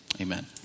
Amen